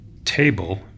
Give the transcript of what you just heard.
table